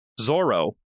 Zoro